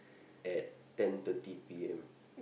at ten thirty p_m